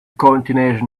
ballistic